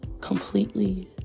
completely